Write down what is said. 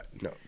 no